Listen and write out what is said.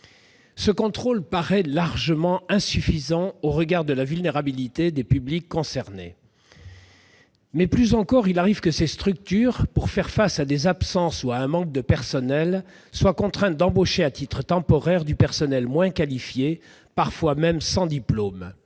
Ce contrôle paraît largement insuffisant au regard de la vulnérabilité des publics concernés. Mais, plus encore, il arrive que ces structures, pour faire face à des absences ou a un manque de personnel, soient contraintes d'embaucher à titre temporaire du personnel moins qualifié, parfois même sans diplôme.